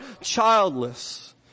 childless